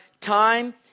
time